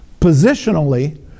Positionally